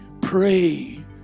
pray